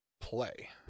play